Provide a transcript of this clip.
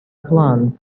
plan